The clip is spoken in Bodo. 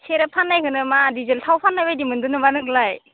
सेरेब फाननायखोनो मा डिजेल थाव फाननायबायदि मोनदों नामा नोंलाय